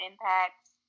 impacts